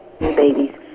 babies